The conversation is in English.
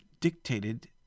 dictated